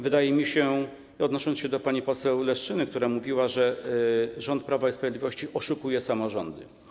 Wydaje mi się, odniosę się do wypowiedzi pani poseł Leszczyny, która mówiła, że rząd Prawa i Sprawiedliwości oszukuje samorządy.